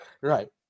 Right